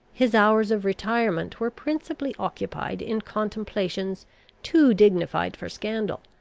his hours of retirement were principally occupied in contemplations too dignified for scandal,